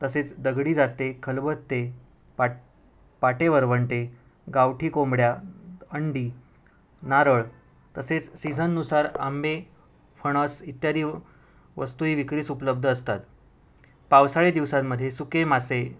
तसेच दगडी जाते खलबत्ते पाट पाटे वरवंटे गावठी कोंबड्या अंडी नारळ तसेच सीझननुसार आंबे फणस इत्यादी वस्तूही विक्रीस उपलब्ध असतात पावसाळी दिवसांमध्ये सुके मासे